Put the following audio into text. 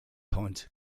point